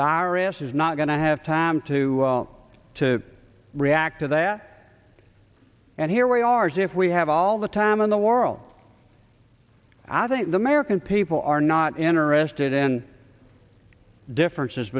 iris is not going to have time to to react to that and here we are as if we have all the time in the world i think the american people are not interested in differences